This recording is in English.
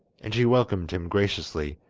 and she welcomed him graciously,